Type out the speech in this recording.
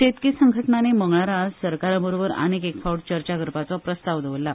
शेतकी संघटणांनी मंगळारा सरकारा बरोबर आनीक एक फावट चर्चा करपाचो प्रस्ताव दवरला